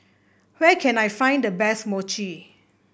where can I find the best Mochi